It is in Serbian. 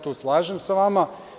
Tu se slažem sa vama.